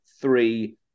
three